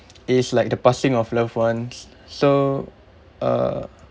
is like the passing of loved ones so uh